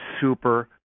super